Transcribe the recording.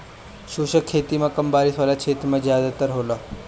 शुष्क खेती कम बारिश वाला क्षेत्र में ज़्यादातर होला